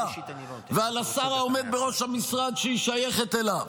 ועל השר העומד בראש המשרד שהיא שייכת אליו.